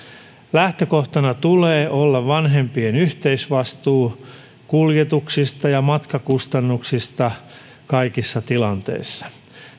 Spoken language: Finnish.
lähtökohtana tulee olla vanhempien yhteisvastuu kuljetuksista ja matkakustannuksista kaikissa tilanteissa